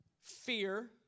fear